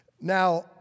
Now